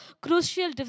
crucial